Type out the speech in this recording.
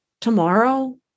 tomorrow